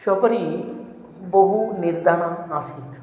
उपरि बहुनिर्धनम् आसीत्